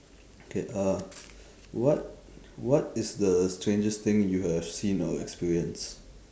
okay uh what what is the strangest thing you have seen or experienced